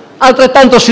modo, ci si